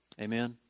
Amen